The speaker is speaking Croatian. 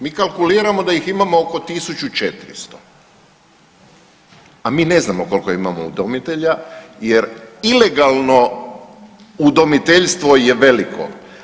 Mi kalkuliramo da ih imamo oko 1400 a mi ne znamo koliko imamo udomitelja, jer ilegalno udomiteljstvo je veliko.